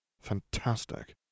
Fantastic